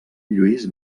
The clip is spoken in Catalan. lluís